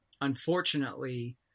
unfortunately